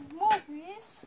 movies